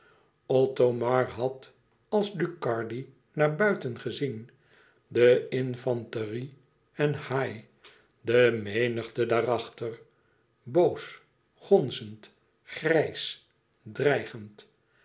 othomar had als ducardi naar buiten gezien de infanterie en haïe de menigte daarachter boos gonzend grijs dreigend